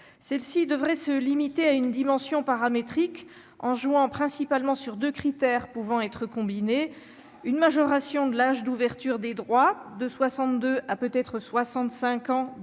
celle-ci devrait se limiter à une dimension paramétrique en jouant principalement sur 2 critères pouvant être combinés une majoration de l'âge d'ouverture des droits de 62 à peut-être 65 ans,